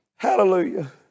Hallelujah